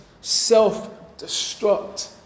self-destruct